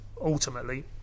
ultimately